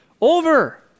over